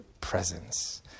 presence